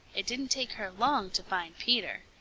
it didn't take her long to find peter.